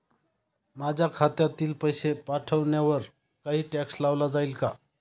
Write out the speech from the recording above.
माझ्या खात्यातील पैसे पाठवण्यावर काही टॅक्स लावला जाईल का?